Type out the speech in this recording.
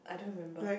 I don't remember